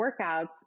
workouts